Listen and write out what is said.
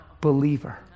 Believer